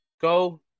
Go